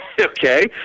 Okay